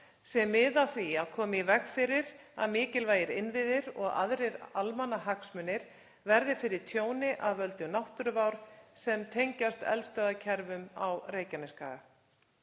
sem miða að því að koma í veg fyrir að mikilvægir innviðir og aðrir almannahagsmunir verði fyrir tjóni af völdum náttúruvár sem tengist eldstöðvakerfum á Reykjanesskaga.